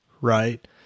right